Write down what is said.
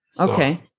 Okay